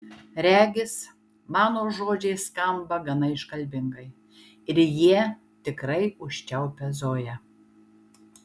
regis mano žodžiai skamba gana iškalbingai ir jie tikrai užčiaupia zoją